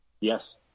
Yes